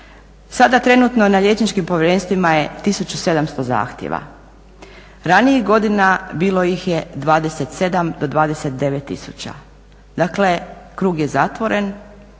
Sada trenutno na liječničkim povjerenstvima je 1700 zahtjeva. Ranijih godina bilo ih je 27 do 29000. Dakle, krug je zatvoren.